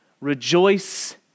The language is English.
Rejoice